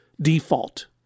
default